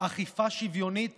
אכיפה שוויונית